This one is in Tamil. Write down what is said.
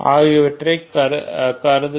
ஆகியவற்றை கருத்துக்கள்